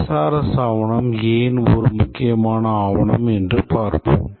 SRS ஆவணம் ஏன் ஒரு முக்கியமான ஆவணம் என்று பார்ப்போம்